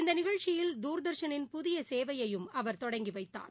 இந்த நிகழ்ச்சியில் தூர்தர்ஷனின் புதிய சேவையை அவர் தொடங்கி வைத்தார்